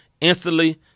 instantly